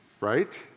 right